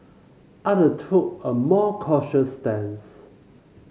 other took a more cautious stance